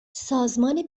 سازمان